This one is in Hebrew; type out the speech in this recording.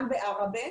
בעראבה,